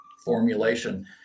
formulation